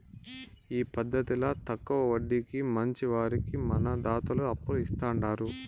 ఈ పద్దతిల తక్కవ వడ్డీకి మంచివారికి మన దాతలు అప్పులు ఇస్తాండారు